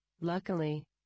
luckily